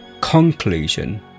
conclusion